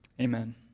Amen